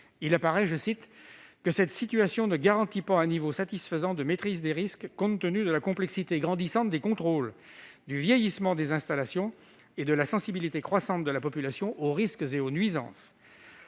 le rapport souligne que « cette situation ne garantit pas un niveau satisfaisant de maîtrise des risques compte tenu de la complexité grandissante des contrôles, du vieillissement des installations et de la sensibilité croissante de la population aux risques et aux nuisances ».